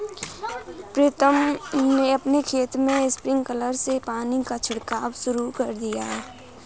प्रीतम ने अपने खेत में स्प्रिंकलर से पानी का छिड़काव शुरू कर दिया है